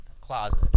closet